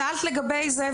שאלת לגבי זה,